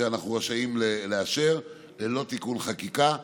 שאנחנו רשאים לאשר, ללא תיקון חקיקה.